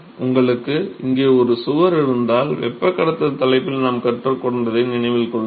உங்களுக்கு இங்கே ஒரு சுவர் இருந்தால் வெப்பக் கடத்தல் தலைப்பில் நாம் கற்றுக்கொண்டதை நினைவில் கொள்ளுங்கள்